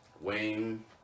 Wayne